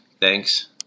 Thanks